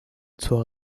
zur